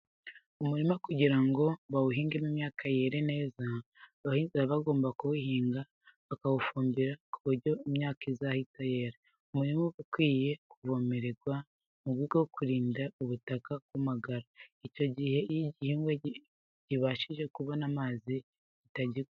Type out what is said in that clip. Umurima kugira ngo bawuhingemo imyaka yere neza, abahinzi babanza kuwuhinga, bakawufumbira ku buryo imyaka izahita yera. Umurima uba ukwiye no kuvomererwa mu rwego rwo kurinda ubutaka kumagara. Icyo gihe iyo igihingwa kibashije kubona amazi gihita gikura.